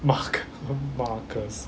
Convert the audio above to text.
mark marcus